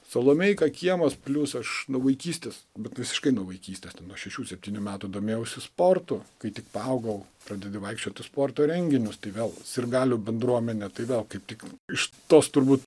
salomėjka kiemas plius aš nuo vaikystės bet visiškai nuo vaikystės ten nuo šešių septynių metų domėjausi sportu kai tik paaugau pradedi vaikščiot į sporto renginius tai vėl sirgalių bendruomenė tai gal kaip tik iš tos turbūt